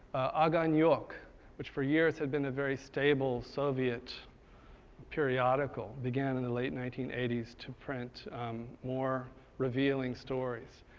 ogoniok, which for years had been a very stable soviet periodical, began in the late nineteen eighty s to print more revealing stories.